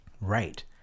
Right